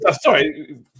Sorry